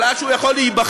אבל עד שהוא יכול להיבחר.